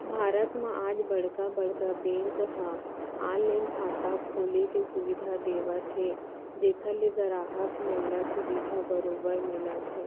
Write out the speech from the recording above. भारत म आज बड़का बड़का बेंक ह ऑनलाइन खाता खोले के सुबिधा देवत हे जेखर ले गराहक मन ल सुबिधा बरोबर मिलत हे